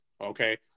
okay